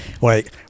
wait